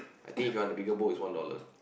I think if you want a bigger bowl is one dollar